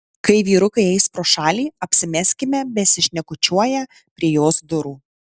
kai vyrukai eis pro šalį apsimeskime besišnekučiuoją prie jos durų